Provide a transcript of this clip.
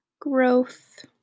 Growth